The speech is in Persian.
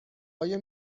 آیا